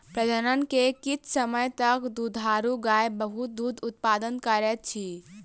प्रजनन के किछ समय तक दुधारू गाय बहुत दूध उतपादन करैत अछि